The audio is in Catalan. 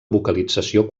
vocalització